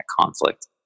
conflict